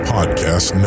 Podcast